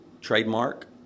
trademark